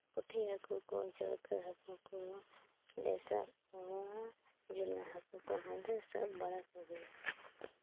ᱯᱩᱴᱷᱤ ᱦᱟᱹᱠᱩ ᱠᱚ ᱰᱟᱹᱲᱠᱟᱹ ᱦᱟᱹᱠᱩ ᱠᱚ ᱞᱮ ᱥᱟᱵᱽ ᱠᱚᱣᱟ ᱡᱮᱢᱚᱱ ᱦᱟᱹᱠᱩ ᱠᱚᱦᱚᱸ ᱞᱮ ᱥᱟᱵᱽ ᱵᱟᱲᱟ ᱠᱚᱜᱮᱭᱟ